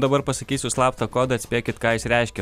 dabar pasakysiu slaptą kodą atspėkit ką jis reiškia